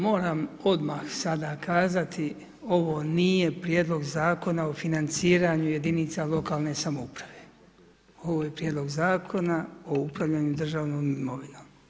Moram odmah sada kazati, ovo nije prijedlog Zakona o financiranju jedinica lokalne samouprave, ovo je prijedlog Zakona o upravljanju državnom imovinom.